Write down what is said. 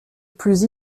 plus